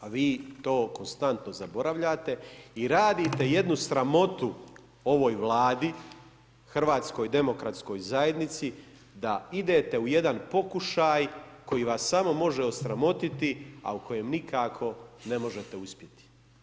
A vi to konstantno zaboravljate i radite jednu sramotu ovoj Vladi, HDZ-u da idete u jedan pokušaj koji vas samo može osramotiti a u kojem nikako ne možete uspjeti.